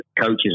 coaches